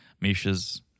Misha's